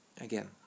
Again